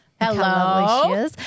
Hello